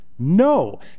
No